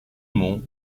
mont